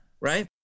Right